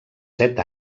set